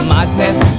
Madness